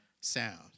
sound